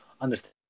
understand